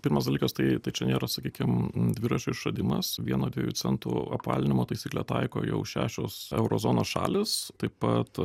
pirmas dalykas tai tai čia nėra sakykim dviračio išradimas vieno dviejų centų apvalinimo taisyklę taiko jau šešios euro zonos šalys taip pat